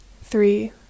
Three